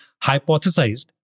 hypothesized